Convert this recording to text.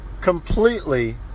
completely